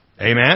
Amen